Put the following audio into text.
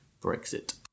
Brexit